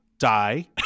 Die